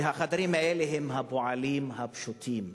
והחדרים האלה הם הפועלים הפשוטים.